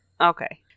Okay